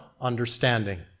understanding